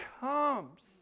comes